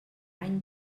any